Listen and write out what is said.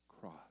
cross